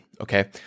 okay